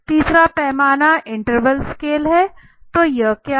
तीसरा पैमाना interval scale है तो यह क्या है